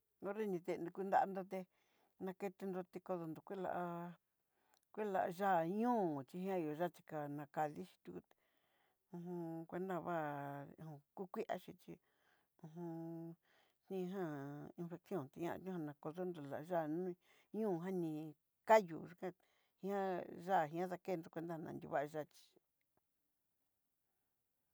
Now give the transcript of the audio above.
Nonre ni té nrikunrandoté, nakentonró ti nodonró kula'a kulá yaá ihon xhí ngian yuxhiká nakadichí tú uju kuena vá'a ku kuexhí chí, uj ningan infecion tiñá nriá nakudió nriú la yá'a ní ñujan ní kayú xhikán ndiá dakendó cuenta ñá yúu vá'a yaxhí.